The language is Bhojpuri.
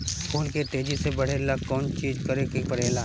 फूल के तेजी से बढ़े ला कौन चिज करे के परेला?